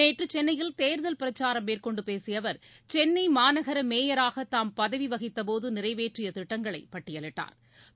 நேற்றுசென்னையில் தேர்தல் பிரச்சாரம் மேற்கொண்டுபேசியஅவர் சென்னைமாநகரமேயராகதாம் பதவிவகித்தபோது நிறைவேற்றியதிட்டங்களைபட்டியலிட்டாா்